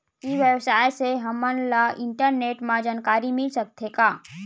ई व्यवसाय से हमन ला इंटरनेट मा जानकारी मिल सकथे का?